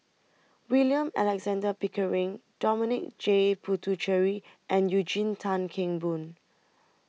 William Alexander Pickering Dominic J Puthucheary and Eugene Tan Kheng Boon